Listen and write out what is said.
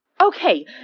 Okay